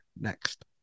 next